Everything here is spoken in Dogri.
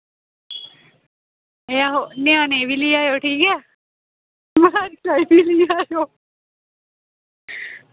ते आहो ञ्यानें बी लेई आएओ ठीक ऐ